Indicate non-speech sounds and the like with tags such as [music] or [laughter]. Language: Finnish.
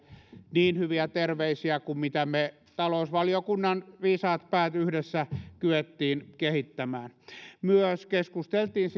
niin hyviä terveisiä kuin mitä me talousvaliokunnan viisaat päät yhdessä kykenimme kehittämään keskusteltiin [unintelligible]